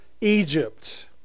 Egypt